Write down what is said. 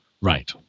Right